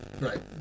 Right